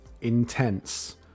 intense